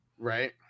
right